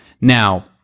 Now